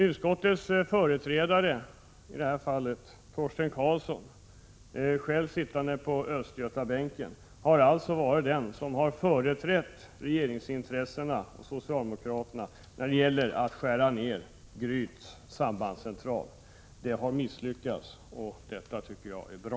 Utskottets företrädare —i detta fall Torsten Karlsson som själv sitter på Östgötabänken— har alltså varit den som företrätt regeringsintressena och socialdemokraterna när det gällt att skära ned på Gryts sambandscentral. Det har misslyckats, och det tycker jag är bra.